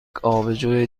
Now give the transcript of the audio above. آبجو